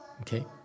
okay